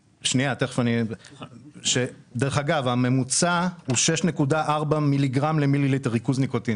שניים - מניעת שימוש מילדים על ידי העלאת המס בצורה יעילה